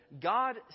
God